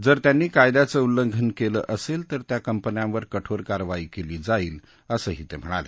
जर त्यांनी कायद्याचं उल्लंघन केलं असेल तर या कंपन्यांवर कठोर कारवाई केली जाईल असं ते म्हणाले